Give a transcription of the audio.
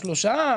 שלושה,